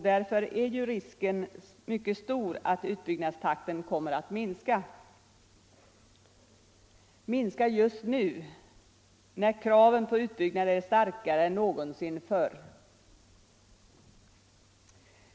Därför finns det stor risk att utbyggnadstakten kommer att minska, nu när kraven på en utbyggnad är starkare än någonsin förr.